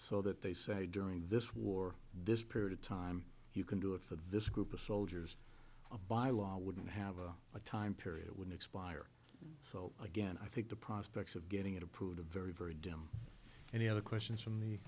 so that they say during this war this period of time you can do it for this group of soldiers by law wouldn't have a time period it would expire so again i think the prospects of getting it approved a very very dim any other questions from the